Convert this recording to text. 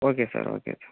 okay sir okay sir